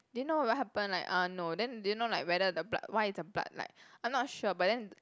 do you know what will happen like uh no then do you know like whether the blood why is the blood like I'm not sure but then